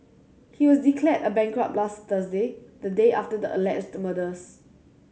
he was declared a bankrupt last Thursday the day after the alleged murders